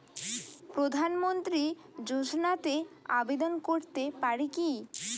প্রধানমন্ত্রী যোজনাতে আবেদন করতে পারি কি?